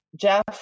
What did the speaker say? Jeff